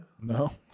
No